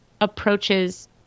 approaches